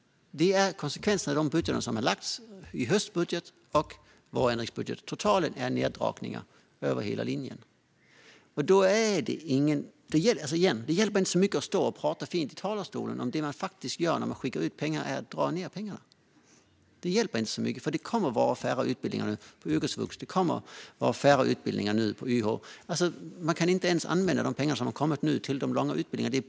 Det är konsekvenserna av de budgetar som lades fram i höstbudgeten och vårändringsbudgeten. Totalen är neddragningar över hela linjen. Det hjälper inte så mycket att stå och tala fint i talarstolen om det man faktiskt gör är att man drar ned på pengarna. Det hjälper inte så mycket. Det kommer att vara färre utbildningar på yrkesvux och färre utbildningar på YH. Man kan inte ens använda de pengar som kommit nu till de långa utbildningarna.